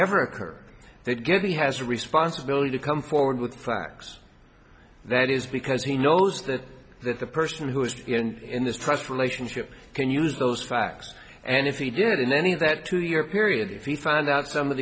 ever occur that give me has a responsibility to come forward with facts that is because he knows that that the person who is in this process relationship can use those facts and if he did in any of that two year period if he found out some of